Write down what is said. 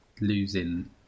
losing